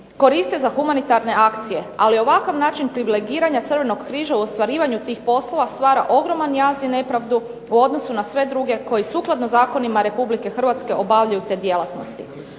koriste za humanitarne akcije, ali ovakav način privilegiranja Crvenog križa u ostvarivanju tih poslova stvara ogroman jaz i nepravdu u odnosu na sve druge koji sukladno zakonima Republika Hrvatske obavljaju te djelatnosti.